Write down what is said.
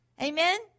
Amen